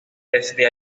desde